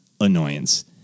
annoyance